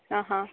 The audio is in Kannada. ಆಂ ಹಾಂ